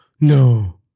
no